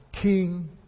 King